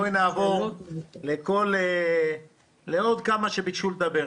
בואי נעבור לעוד כמה שביקשו לדבר.